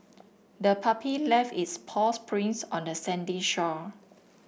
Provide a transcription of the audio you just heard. the puppy left its paws prints on the sandy shore